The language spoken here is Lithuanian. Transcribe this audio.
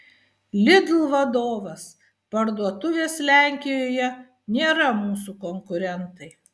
lidl vadovas parduotuvės lenkijoje nėra mūsų konkurentai